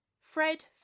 Fred